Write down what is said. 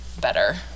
better